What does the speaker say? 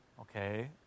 Okay